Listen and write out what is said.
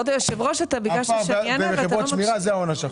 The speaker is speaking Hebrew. אחרים כמו המשטרה וגורמים נוספים.